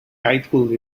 title